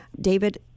David